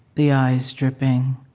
the eyes dripping.